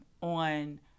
on